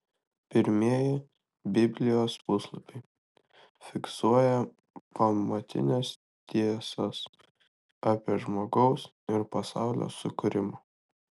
pirmieji biblijos puslapiai fiksuoja pamatines tiesas apie žmogaus ir pasaulio sukūrimą